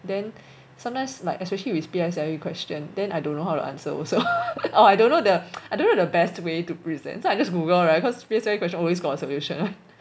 then sometimes like especially with P_S_L_E question then I don't know how to answer also or I don't know the I don't know the best way to present so I just google [right] cause P_S_L_E question always got a solution